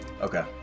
Okay